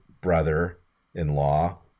brother-in-law